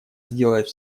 сделать